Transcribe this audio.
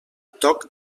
toc